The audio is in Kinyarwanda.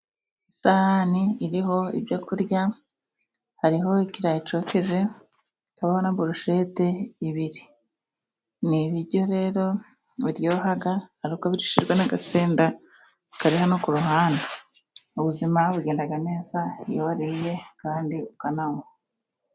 Isahani iriho ibyo kurya, hariho ikirayi cyokeje, hariho na burusheti ebyiri, ni ibiryo rero biryoha ariko bishyizwemo n'agasenda kari hano ku ruhande. Ubuzima bugenda neza iyo wariye kandi ukanaywa.